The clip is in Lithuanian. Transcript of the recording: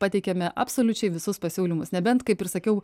pateikėme absoliučiai visus pasiūlymus nebent kaip ir sakiau